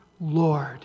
Lord